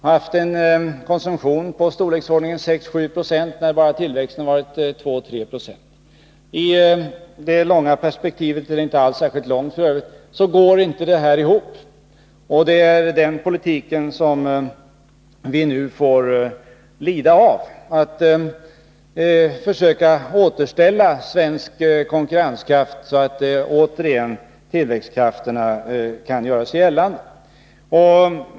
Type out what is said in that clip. Vi har haft en konsumtionsökning i storleksordningen 6-7 96 när tillväxten bara varit 2-3 26. I det långa perspektivet — och det är f. ö. inte alls särskilt långt — går detta inte ihop. Det är den politiken vi nu får lida av, och vi måste försöka återställa svensk konkurrenskraft, så att tillväxtkrafterna återigen kan göra sig gällande.